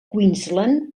queensland